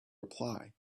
reply